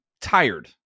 tired